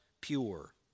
pure